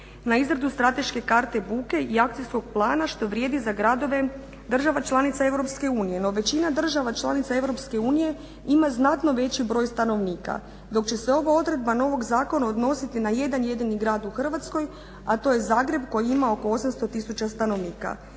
na izradu strateške karte buke i akcijskog plana što vrijedi za gradove država članica Europske unije. No većina država članica Europske unije ima znatno veći broj stanovnika. Dok će se ova odredba novog zakona odnositi na jedan jedini grad u Hrvatskoj a to je Zagreb koji ima oko 800 tisuća stanovnika.